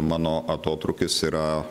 mano atotrūkis yra